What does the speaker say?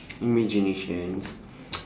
imaginations